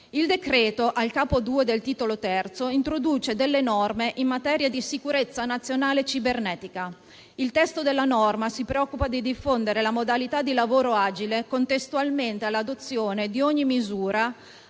Il decreto, al capo II del titolo III, introduce delle norme in materia di sicurezza nazionale cibernetica. Il testo della norma si preoccupa di diffondere la modalità di lavoro agile contestualmente all'adozione di ogni misura